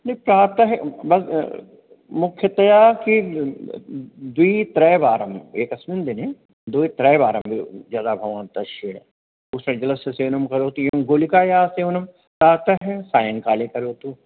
न प्रातः मुख्यतया किं द्वित्रिवारं एकस्मिन् दिने द्वित्रिवारं जलं भवान् तस्य उष्णजलस्य सेवनं करोति एवं गुलिकायाः सेवनं प्रातः सायङ्काले करोतु